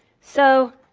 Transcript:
so,